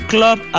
Club